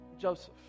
Joseph